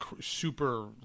super